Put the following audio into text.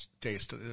taste